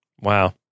Wow